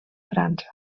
frança